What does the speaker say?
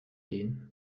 gehen